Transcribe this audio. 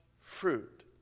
fruit